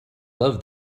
love